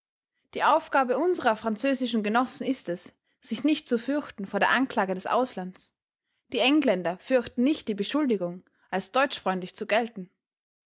die aufgabe unserer französischen genossen ist es sich nicht zu fürchten vor der anklage des auslands die engländer fürchten nicht die beschuldigung als deutschfreundlich zu gelten